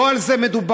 לא על זה מדובר.